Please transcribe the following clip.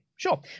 Sure